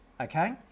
okay